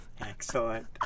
Excellent